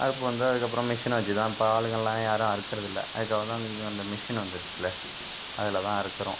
அறுப்பு வந்தால் அதுக்கப்புறம் மிஷின் வச்சுதான் இப்போ ஆளுங்களாம் யாரும் அறுக்குறதில்லை அதுக்காகதான் அந்த மிஷின் வந்திருச்சில அதில்தான் அறுக்கறோம்